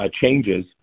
changes